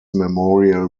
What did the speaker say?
memorial